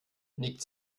nickt